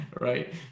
right